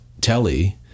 telly